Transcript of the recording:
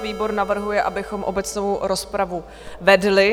Výbor navrhuje, abychom obecnou rozpravu vedli.